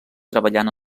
treballant